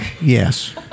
yes